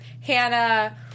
Hannah